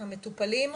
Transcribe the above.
המטופלים,